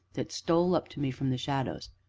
that stole up to me from the shadows,